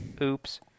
Oops